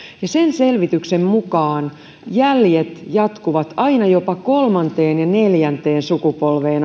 ja sen selvityksen mukaan jäljet jatkuvat aina jopa kolmanteen ja neljänteen sukupolveen